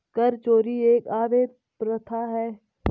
कर चोरी एक अवैध प्रथा है